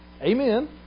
Amen